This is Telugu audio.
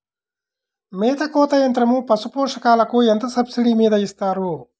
మేత కోత యంత్రం పశుపోషకాలకు ఎంత సబ్సిడీ మీద ఇస్తారు?